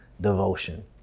devotion